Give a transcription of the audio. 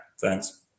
thanks